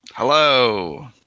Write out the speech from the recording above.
Hello